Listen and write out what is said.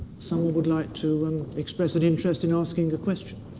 some one would like to and express an interest in asking a question.